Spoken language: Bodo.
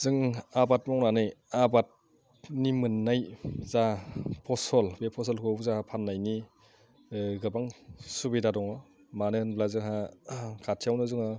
जों आबाद मावनानै आबादनि मोननाय जा फसल बे फसलखौ जोंहा फाननायनि गोबां सुबिदा दङ मानो होनब्ला जोंहा खाथियावनो जोङो